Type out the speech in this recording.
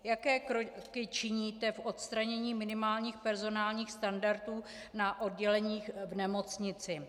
Jaké kroky činíte k odstranění minimálních personálních standardů na odděleních v nemocnici?